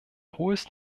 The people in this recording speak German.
hohes